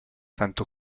tanto